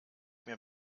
mir